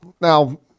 Now